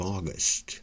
August